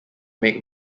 make